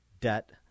debt